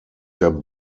der